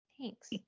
thanks